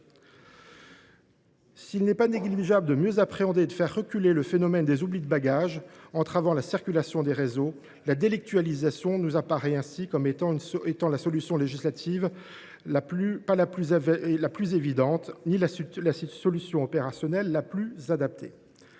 s’il n’est pas négligeable de mieux appréhender et de faire reculer le phénomène des oublis de bagages, qui entrave la circulation sur les réseaux, en faire un délit ne nous paraît pas la solution législative la plus évidente ni la solution opérationnelle la plus adaptée.